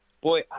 boy